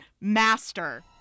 master